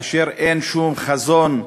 אין לה שום חזון.